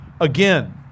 again